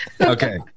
Okay